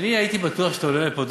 הייתי בטוח שאתה עולה לפה,